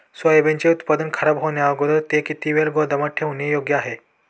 सोयाबीनचे उत्पादन खराब होण्याअगोदर ते किती वेळ गोदामात ठेवणे योग्य आहे?